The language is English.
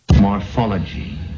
Morphology